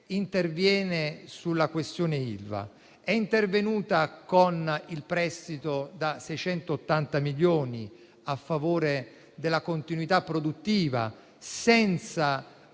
interviene sulla questione Ilva. È intervenuto con il prestito da 680 milioni a favore della continuità produttiva, senza